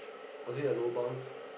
was it a lobang